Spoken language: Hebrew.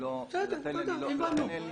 בסדר, הבנו.